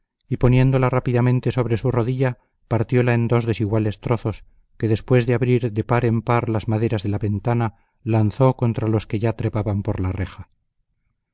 y poniéndola rápidamente sobre su rodilla partióla en dos desiguales trozos que después de abrir de par en par las maderas de la ventana lanzó contra los que ya trepaban por la reja